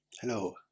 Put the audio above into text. Hello